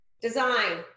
design